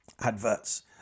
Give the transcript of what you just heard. adverts